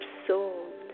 absorbed